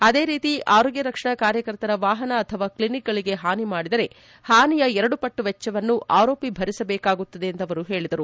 ಅದೇ ರೀತಿ ಆರೋಗ್ಡ ರಕ್ಷಣಾ ಕಾರ್ಯಕರ್ತರ ವಾಹನ ಅಥವಾ ಕ್ಷಿನಿಕ್ಗಳಿಗೆ ಹಾನಿ ಮಾಡಿದರೆ ಹಾನಿಯ ಎರಡು ಪಟ್ಟು ವೆಚ್ಚವನ್ನು ಆರೋಪಿ ಭರಿಸಬೇಕಾಗುತ್ತದೆ ಎಂದು ಅವರು ಹೇಳಿದರು